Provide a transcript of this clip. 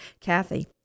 Kathy